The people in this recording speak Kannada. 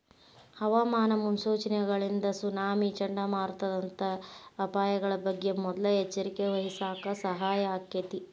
ಹವಾಮಾನ ಮುನ್ಸೂಚನೆಗಳಿಂದ ಸುನಾಮಿ, ಚಂಡಮಾರುತದಂತ ಅಪಾಯಗಳ ಬಗ್ಗೆ ಮೊದ್ಲ ಎಚ್ಚರವಹಿಸಾಕ ಸಹಾಯ ಆಕ್ಕೆತಿ